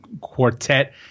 quartet